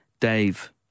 Dave